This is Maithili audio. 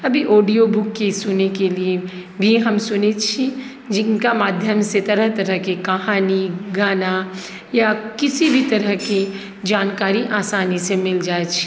अभी ऑडियो बुकके सुनैके लिए भी हम सुनैत छी जिनका माध्यम से हम तरह तरहके कहानी गाना या किसी भी तरहके जानकारी आसानी से मिल जाइत छै